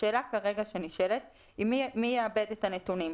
השאלה כרגע שנשאלת מי יעבד את הנתונים,